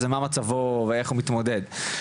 קודם כל תודה לך,